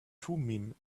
thummim